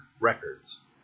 Records